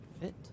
fit